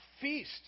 feast